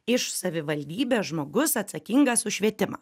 iš savivaldybės žmogus atsakingas už švietimą